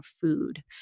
food